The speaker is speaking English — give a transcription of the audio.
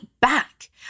back